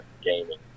gaming